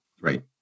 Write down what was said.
Right